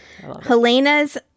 Helena's